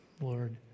Lord